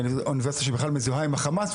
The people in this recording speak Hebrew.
שהיא אוניברסיטה שמזוהה עם החמאס,